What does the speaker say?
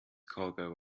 cargo